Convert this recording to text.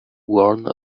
worn